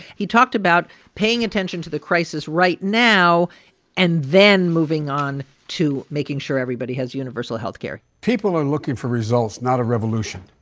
he talked about paying attention to the crisis right now and then moving on to making sure everybody has universal health care people are looking for results, not a revolution.